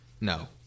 No